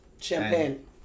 champagne